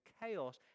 chaos